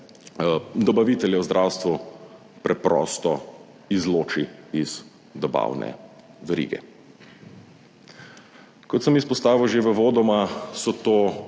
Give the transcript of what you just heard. dobavitelje v zdravstvu preprosto izloči iz dobavne verige. Kot sem izpostavil že uvodoma, so to